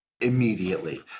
immediately